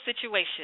situation